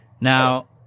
Now